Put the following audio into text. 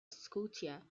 scotia